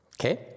Okay